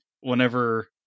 whenever